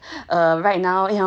ya right now